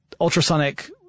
ultrasonic